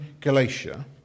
Galatia